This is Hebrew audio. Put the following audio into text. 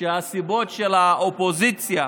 שהסיבות של האופוזיציה